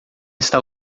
está